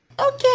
Okay